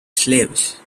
slaves